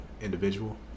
individual